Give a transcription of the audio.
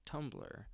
Tumblr